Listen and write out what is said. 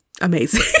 amazing